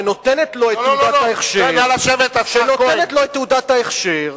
שנותנת לו את תעודת ההכשר,